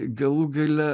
galų gale